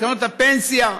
בקרנות הפנסיה?